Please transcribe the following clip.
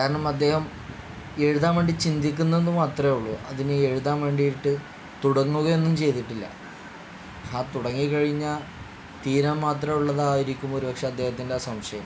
കാരണം അദ്ദേഹം എഴുതാൻ വേണ്ടി ചിന്തിക്കുന്നു എന്ന് മാത്രമേ ഉള്ളു അതിന് എഴുതാൻ വേണ്ടിയിട്ട് തുടങ്ങുക ഒന്നും ചെയ്തിട്ടില്ല ആ തുടങ്ങി കഴിഞ്ഞാൽ തീരാൻ മാത്രം ഉള്ളതായിരിക്കും ഒരുപക്ഷെ അദ്ദേഹത്തിൻ്റെ ആ സംശയം